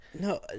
No